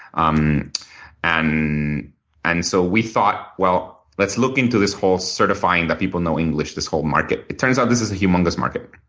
um and and so we thought, well, let's look into this whole certifying that people know english, this whole market. it turns out this is a humongous market.